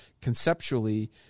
conceptually